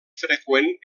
freqüent